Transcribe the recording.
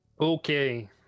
Okay